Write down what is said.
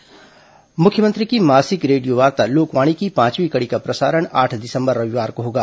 लोकवाणी मुख्यमंत्री की मासिक रेडियोवार्ता लोकवाणी की पांचवीं कड़ी का प्रसारण आठ दिसंबर रविवार को होगा